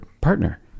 partner